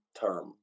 term